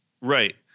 Right